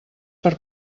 per